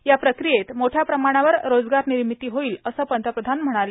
या प्रक्रियेत मोठ्या प्रमाणावर रोजगारनिर्मिती होईल असं पंतप्रधान म्हणाले